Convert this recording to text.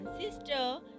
sister